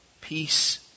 peace